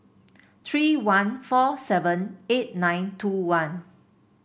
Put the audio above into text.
three one four seven eight nine two one